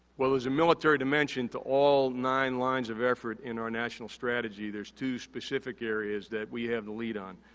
well, there's a military dimension to all nine lines of effort in our national strategy. there's two specific areas that we have the lead on.